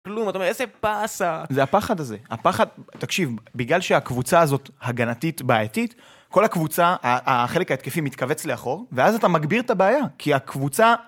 כלום, אתה אומר, איזה באסה. זה הפחד הזה. הפחד, תקשיב, בגלל שהקבוצה הזאת הגנתית, בעייתית, כל הקבוצה, החלק ההתקפי מתכווץ לאחור, ואז אתה מגביר את הבעיה, כי הקבוצה...